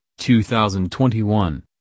2021